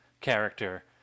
character